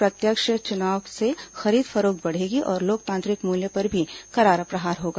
अप्रत्यक्ष चुनाव से खरीद फरोख्त बढ़ेगी और लोकतांत्रिक मूल्यों पर भी करारा प्रहार होगा